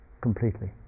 completely